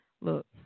Look